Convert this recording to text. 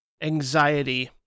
anxiety